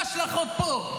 לא השלכות פה,